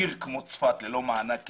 עיר כמו צפת ללא מענק איזון,